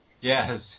Yes